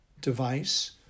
device